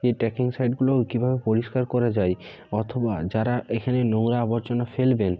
যে ট্রেকিং সাইটগুলো কীভাবে পরিষ্কার করা যায় অথবা যারা এখানে নোংরা আবর্জনা ফেলবেন